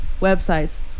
websites